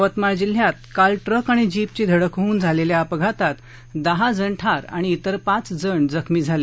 यवतमाळ जिल्ह्यात काल ट्रक आणि जीपची धडक होऊन झालेल्या अपघातात दहाजण ठार आणि त्रिर पाचजण जखमी झाले